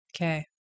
Okay